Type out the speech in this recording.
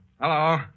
Hello